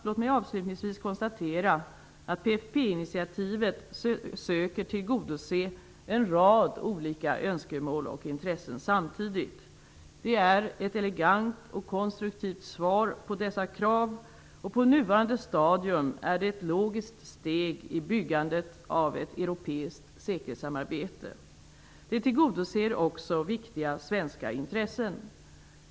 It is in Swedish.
Låt mig avslutningsvis konstatera att PFF-initiativet söker tillgodose en rad olika önskemål och intressen samtidigt. Det är ett elegant och konstruktivt svar på dessa krav. På nuvarande stadium är det ett logiskt steg i byggandet av ett europeiskt säkerhetssamarbete. Det tillgodoser också viktiga svenska intressen.